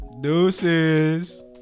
Deuces